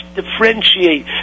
differentiate